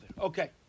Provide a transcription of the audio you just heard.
Okay